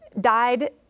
died